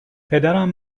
پدرم